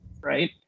Right